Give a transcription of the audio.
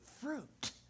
fruit